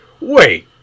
Wait